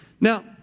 Now